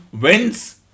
wins